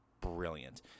brilliant